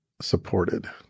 supported